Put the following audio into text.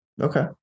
Okay